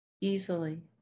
easily